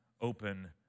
open